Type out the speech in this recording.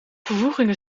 vervoegingen